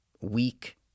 weak